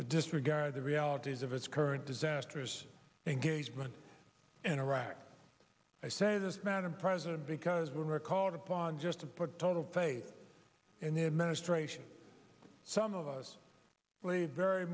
disregard the realities of its current disasters engagement in iraq i say this madam president because when we are called upon just to put total faith in the administration some of us believe very